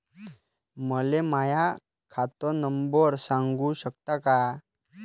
मले माह्या खात नंबर सांगु सकता का?